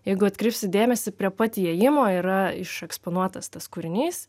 jeigu atkreipsit dėmesį prie pat įėjimo yra iš eksponuotas tas kūrinys